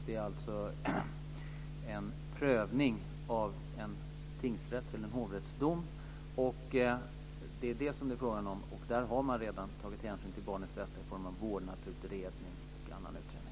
Det är alltså en prövning av en tingsrätts eller hovrättsdom. Där har man redan tagit hänsyn till barnets bästa i vårdnadsutredningar och andra utredningar.